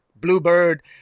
Bluebird